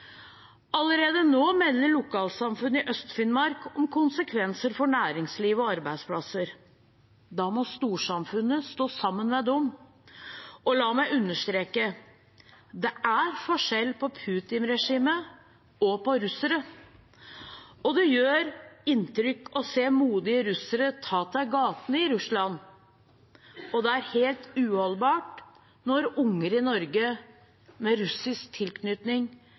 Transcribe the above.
Allerede nå melder lokalsamfunn i Øst-Finnmark om konsekvenser for næringsliv og arbeidsplasser. Da må storsamfunnet stå sammen med dem. Og la meg understreke: Det er forskjell på Putin-regimet og på russere. Det gjør inntrykk å se modige russere ta til gatene i Russland, og det er helt uholdbart når barn i Norge med russisk tilknytning